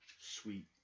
sweet